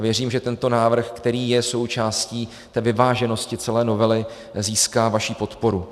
Věřím, že tento návrh, který je součástí té vyváženosti celé novely, získá vaši podporu.